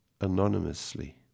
anonymously